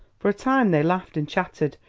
for a time they laughed and chattered,